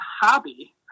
hobby